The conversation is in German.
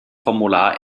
formular